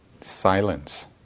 Silence